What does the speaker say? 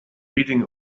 reading